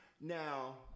Now